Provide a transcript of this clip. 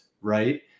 right